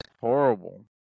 horrible